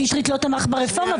שטרית אמר: